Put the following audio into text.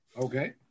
Okay